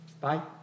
Bye